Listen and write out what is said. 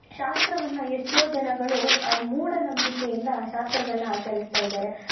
ಶಾಸ್ತ್ರವನ್ನು ಎಷ್ಟೋ ಜನಗಳು ಅದು ಮೂಢನಂಬಿಕೆ ಇಂದ ಶಾಸ್ತ್ರಗಳನ್ನು ಆಚರಿಸ್ತಾ ಇದಾರೆ